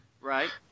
Right